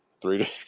three